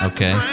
Okay